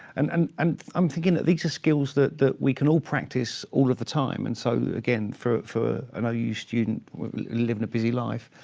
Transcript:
um i'm i'm thinking that these are skills that that we can all practise all of the time. and so, again, for for an yeah ou student living a busy life,